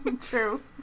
true